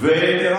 זה בגלל